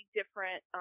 different